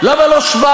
למה לא 700?